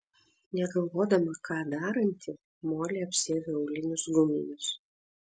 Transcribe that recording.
negalvodama ką daranti molė apsiavė aulinius guminius